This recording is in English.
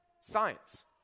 science